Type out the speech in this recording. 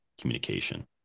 communication